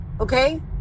Okay